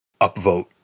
upvote